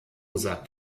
sagt